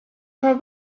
for